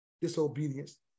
disobedience